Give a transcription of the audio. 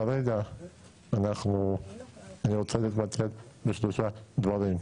כרגע אני רוצה להתמקד בשלושה דברים: